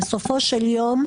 בסופו של יום,